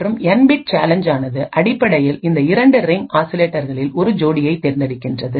மற்றும் N bit challenge ஆனது அடிப்படையில்இந்த இரண்டு ரிங் ஆசிலேட்டர்களில் ஒரு ஜோடியைத் தேர்ந்தெடுக்கிறது